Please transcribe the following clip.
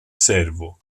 servo